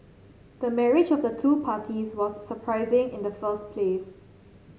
the marriage of the two parties was surprising in the first place